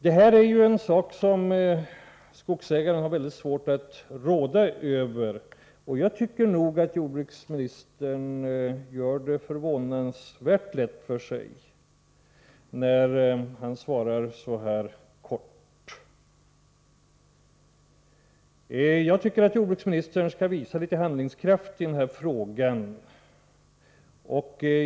Den nu uppkomna situationen har skogsägaren mycket svårt att råda över, och jag tycker nog att jordbruksministern gör det förvånansvärt lätt för sig när han svarar så här kort. Jag tycker att jordbruksministern bör visa litet handlingskraft i den här frågan.